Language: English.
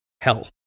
hell